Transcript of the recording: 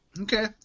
Okay